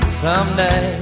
someday